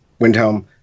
Windhelm